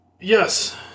Yes